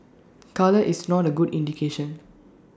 colour is not A good indication